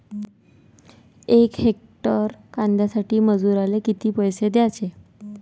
यक हेक्टर कांद्यासाठी मजूराले किती पैसे द्याचे?